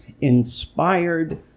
inspired